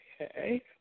okay